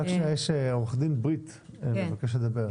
רק שנייה, עו"ד ברית בבקשה דבר.